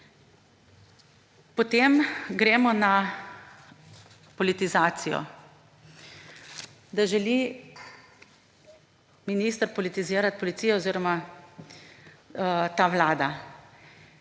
Potem gremo na politizacijo, da želi minister politizirati policijo oziroma ta vlada.